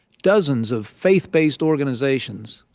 dozens of faith-based organizations,